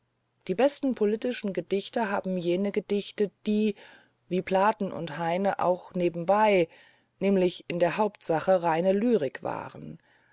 die besten politischen gedichte haben die gedichtet die wie platen und heine auch nebenbei nämlich in der hauptsache reine lyriker waren